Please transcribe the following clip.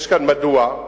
מדוע?